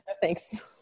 Thanks